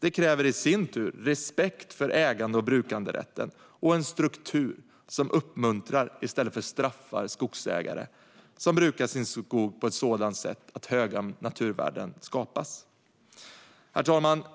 Detta kräver i sin tur respekt för ägande och brukanderätten och en struktur som uppmuntrar i stället för straffar skogsägare som brukar sin skog på ett sådant sätt att höga naturvärden skapas. Herr talman!